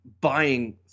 buying –